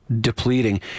depleting